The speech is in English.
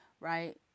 right